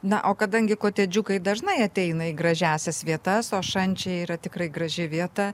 na o kadangi kotedžiukai dažnai ateina į gražiąsias vietas o šančiai yra tikrai graži vieta